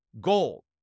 gold